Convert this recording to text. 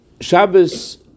Shabbos